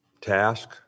task